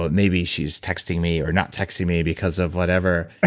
but maybe she's texting me or not texting me because of whatever.